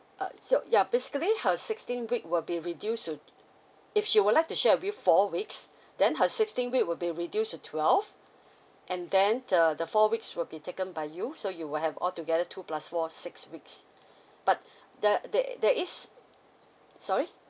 uh so yeah basically her sixteen week will be reduced to if she would like to share with you four weeks then her sixteen week will be reduced to twelve and then the the four weeks will be taken by you so you will have all together two plus four six weeks but there there there is sorry